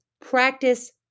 Practice